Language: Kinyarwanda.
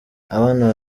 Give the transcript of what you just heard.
abana